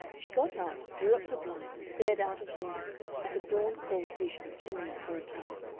she got up, drew up her blind, and stared out of window at a dawn-cold vision of chimneys for a time,